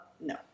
No